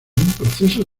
proceso